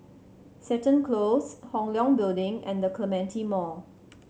Seton Close Hong Leong Building and The Clementi Mall